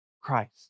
Christ